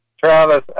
Travis